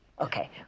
Okay